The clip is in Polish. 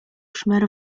szmer